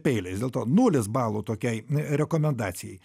peiliais dėl to nulis balų tokiai rekomendacijai